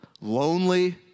lonely